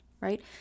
right